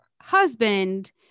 husband